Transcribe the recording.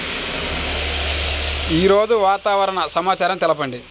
ఈరోజు వాతావరణ సమాచారం తెలుపండి